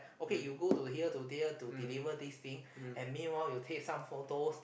okay you go to here to here to deliver this thing and meanwhile you take some photos